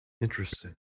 Interesting